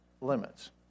limits